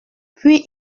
puis